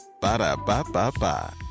Ba-da-ba-ba-ba